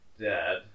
dad